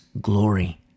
glory